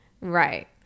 Right